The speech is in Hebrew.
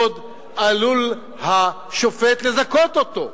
עוד עלול השופט לזכות אותו.